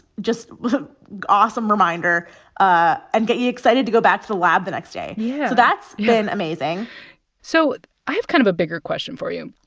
just awesome reminder ah and get you excited to go back to the lab the next day yeah so that's been amazing so i have kind of a bigger question for you.